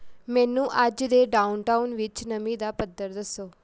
ਮੈਨੂੰ ਅੱਜ ਦੇ ਡਾਊਨ ਟਾਊਨ ਵਿੱਚ ਨਮੀ ਦਾ ਪੱਧਰ ਦੱਸੋ